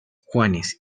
juanes